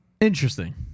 Interesting